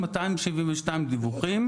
הועברו 272 דיווחים,